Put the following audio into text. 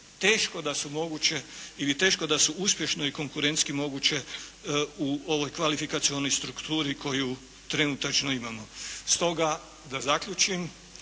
teško da su moguće ili teško da su uspješno i konkurentski moguće u ovoj kvalifikacionoj strukturi koji trenutačno imamo. Stoga da zaključim,